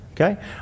okay